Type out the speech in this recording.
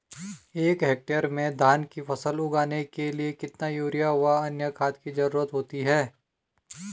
एक हेक्टेयर में धान की फसल उगाने के लिए कितना यूरिया व अन्य खाद की जरूरत होती है?